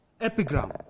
epigram